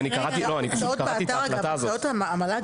באתר של המל"ג